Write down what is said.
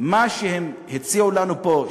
מה שהם הציעו לנו פה,